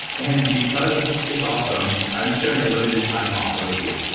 and because it's awesome i'm sharing a limited time offer with you.